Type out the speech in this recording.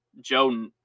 Joe